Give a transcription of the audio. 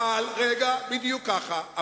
מה הם, בדיוק ככה.